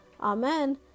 Amen